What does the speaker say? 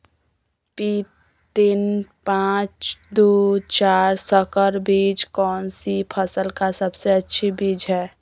P तीन पांच दू चार संकर बीज कौन सी फसल का सबसे अच्छी बीज है?